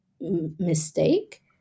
mistake